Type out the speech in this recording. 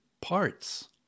parts